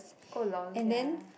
oh lol ya